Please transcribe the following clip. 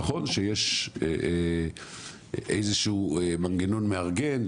נכון שיש איזשהו מנגנון מארגן,